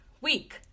week